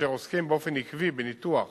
אשר עוסק באופן עקבי בניתוח